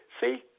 see